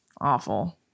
Awful